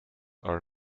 are